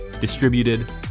distributed